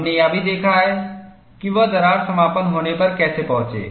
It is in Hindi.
हमने यह भी देखा कि वह दरार समापन होने पर कैसे पहुंचे